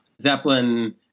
Zeppelin